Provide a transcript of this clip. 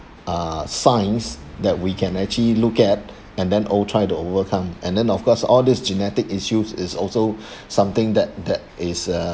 uh science that we can actually look at and then o~ try to overcome and then of course all these genetic issues is also something that that is uh